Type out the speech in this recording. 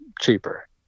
cheaper